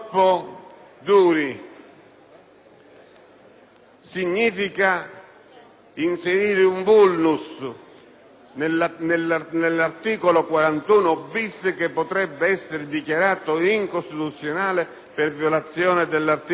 significa inserire un *vulnus* nell'articolo 41-*bis* che potrebbe essere dichiarato incostituzionale per violazione dell'articolo 25 della Costituzione.